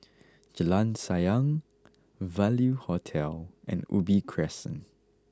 Jalan Sayang Value Hotel and Ubi Crescent